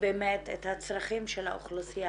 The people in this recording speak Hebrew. באמת את הצרכים של האוכלוסייה,